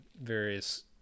various